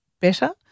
better